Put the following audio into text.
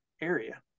area